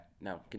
No